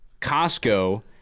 Costco